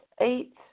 eight